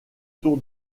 tour